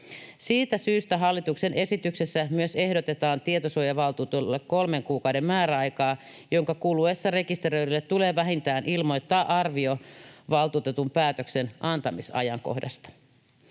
Siitä syystä hallituksen esityksessä myös ehdotetaan tietosuojavaltuutetulle kolmen kuukauden määräaikaa, jonka kuluessa rekisteröidylle tulee vähintään ilmoittaa arvio valtuutetun päätöksen antamisajankohdasta.